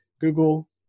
Google